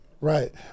right